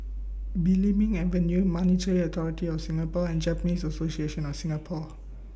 Belimbing Avenue Monetary Authority of Singapore and Japanese Association of Singapore